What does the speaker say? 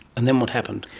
and then what happened?